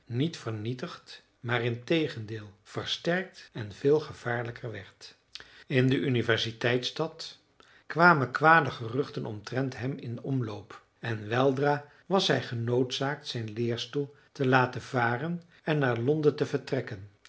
niet vernietigd maar integendeel versterkt en veel gevaarlijker werd in de universiteitsstad kwamen kwade geruchten omtrent hem in omloop en weldra was hij genoodzaakt zijn leerstoel te laten varen en naar londen te vertrekken